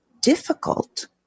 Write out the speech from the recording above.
difficult